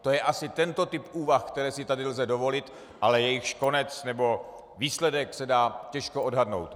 To je asi tento typ úvah, které si tady lze dovolit, ale jejichž konec nebo výsledek se dá těžko odhadnout.